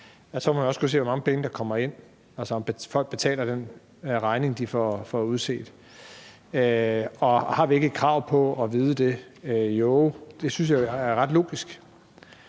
man også kunne se, hvor mange penge der kommer ind, altså om folk betaler den regning, de får. Og har vi ikke krav på at vide det? Jo, det synes jeg er ret logisk.